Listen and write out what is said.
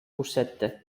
күрсәтте